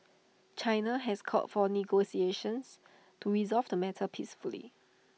China has called for negotiations to resolve the matter peacefully